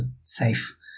safe